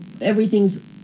everything's